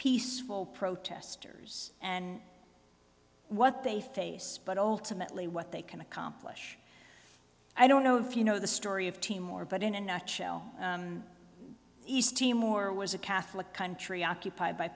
peaceful protesters and what they face but ultimately what they can accomplish i don't know if you know the story of timor but in a nutshell east timor was a catholic country occupied by